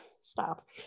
stop